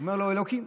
אומר לו: אלוקים.